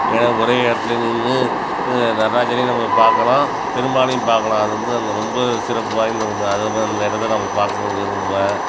ஏன்னால் ஒரே இடத்துலையே நின்று நடராஜரையும் நம்ம பார்க்கலாம் பெருமாளையும் பார்க்கலாம் அது வந்து அங்கே ரொம்ப சிறப்பு வாய்ந்த ஒன்று அதே மாதிரி அந்த இடத்தில் போய் பார்க்கணுன்னு விரும்புவேன்